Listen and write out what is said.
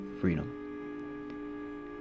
freedom